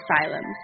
asylums